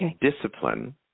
Discipline